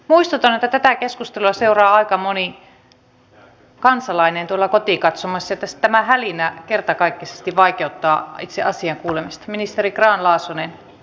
muistutan että tätä keskustelua seuraa aika moni kansalainen tuolla kotikatsomoissa ja tämä hälinä kertakaikkisesti vaikeuttaa itse asian kuulemista